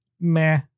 meh